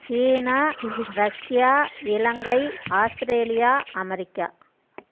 China Russia Ilangai Australia America